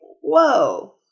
whoa